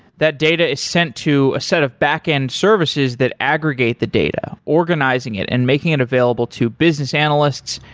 that data is sent to a set of backend services that aggregate the data, organizing it and making it available to business analysts,